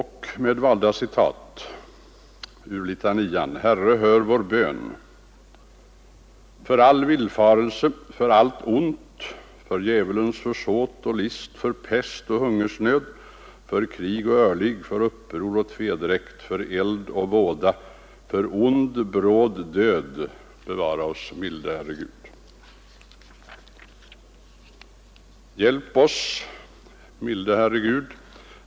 ”Herre, hör vår bön. för all villfarelse, Bevara oss, milde Herre Gud. Hjälp oss, milde Herre Gud.